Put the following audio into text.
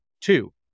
two